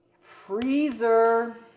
Freezer